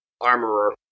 armorer